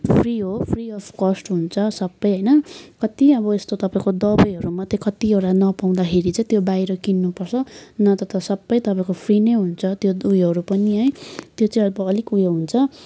free हो free of cost हुन्छ सबै होइन कति अब यस्तो तपाईँको दबाईहरू मात्रै कतिवटा नपाउँदाखेरि चाहिँ त्यो बाहिर किन्नुपर्छ नत्र त सबै तपाईँको फ्री नै हुन्छ त्यो उयोहरू पनि है त्यो चाहिँ अलिक उयो हुन्छ